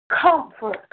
comfort